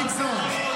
לא צריכים ראש מוסד,